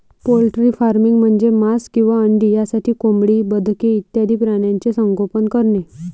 poultry farming म्हणजे मांस किंवा अंडी यासाठी कोंबडी, बदके इत्यादी प्राण्यांचे संगोपन करणे